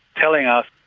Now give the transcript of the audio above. telling us,